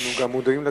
אנחנו גם מודעים לכך,